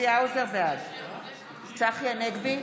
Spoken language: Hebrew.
בעד צחי הנגבי,